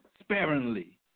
sparingly